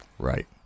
Right